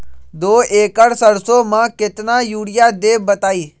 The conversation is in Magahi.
दो एकड़ सरसो म केतना यूरिया देब बताई?